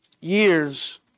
years